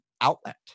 outlet